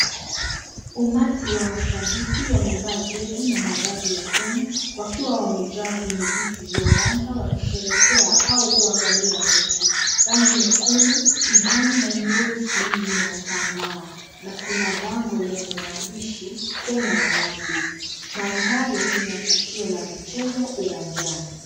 Umati wa mashabiki wamevaa jezi na mavazi ya Kenya wakiwa wamejaa kwenye viti vya uwanja wakisherehekea au kuangalia mechi. Rangi nyekundu kijani na nyeusi zinatambaa na kuna bango lenye maandishi Kenyan Rugby. Mandhari ni ya tukio la michezo uwanjani.